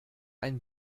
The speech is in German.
ein